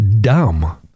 dumb